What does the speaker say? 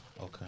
Okay